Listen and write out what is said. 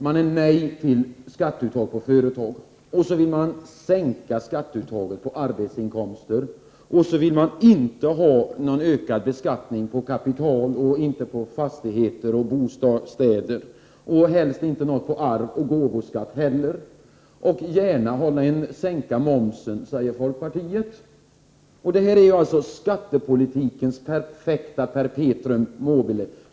Man säger nej till skatteuttag på företag och vill sänka skatteuttaget på arbetsinkomster. Man vill inte ha någon ökad beskattning på kapital, fastigheter och bostäder, helst inte på arv och gåvor heller. Vi vill gärna sänka momsen, säger folkpartiet. Detta är alltså skattepolitikens perfekta perpetuum mobile.